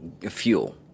fuel